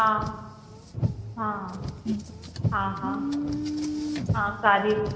ہاں ہاں ہاں ہاں ہاں قاریی